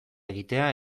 egitea